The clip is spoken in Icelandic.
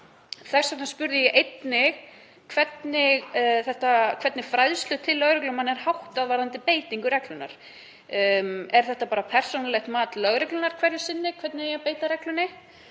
Þess vegna spurði ég einnig hvernig fræðslu til lögreglumanna væri háttað varðandi beitingu reglunnar. Er þetta bara persónulegt mat lögreglunnar hverju sinni hvernig eigi að beita henni